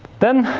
then,